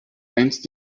einst